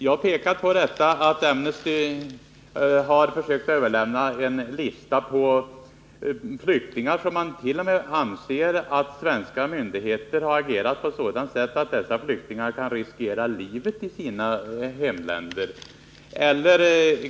Jag pekade på det faktum att Amnesty försökt överlämna en lista på flyktingar som man, på grund av svenska myndigheters agerande, anser kan riskera livet i sina hemländer.